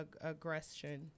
aggression